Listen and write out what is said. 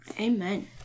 Amen